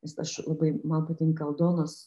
nes aš labai man patinka aldonos